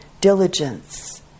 diligence